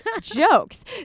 jokes